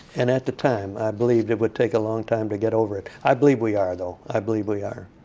and at the time, i believed it would take a long time to get over it. i believe we are, though. i believe we are.